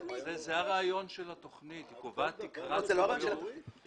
זה הרעיון של התכנית, שהיא קובעת תקרה, מסגרת.